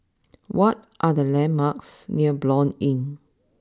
what are the landmarks near Blanc Inn